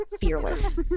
fearless